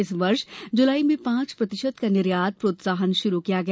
इस वर्ष जुलाई में पांच प्रतिशत का निर्यात प्रोत्साहन शुरू किया गया